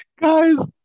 Guys